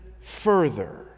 further